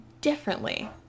differently